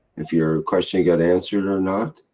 if you're question got answered or not?